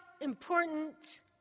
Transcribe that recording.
important